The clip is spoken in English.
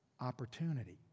opportunity